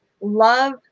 Love